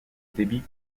débit